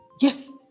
Yes